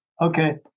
okay